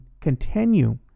continue